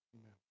Amen